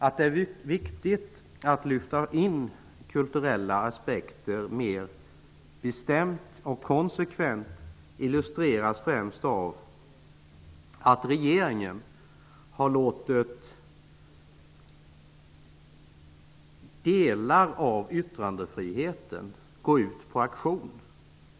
Att det är viktigt att lyfta in kulturella aspekter mer bestämt och konsekvent illustreras främst av att regeringen låtit delar av yttrandefriheten gå på auktion.